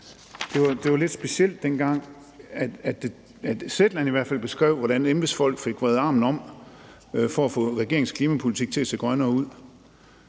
hvert fald lidt specielt, dengang Zetland beskrev, hvordan embedsfolk fik vredet armen om for at få regeringens klimapolitik til at se grønnere ud.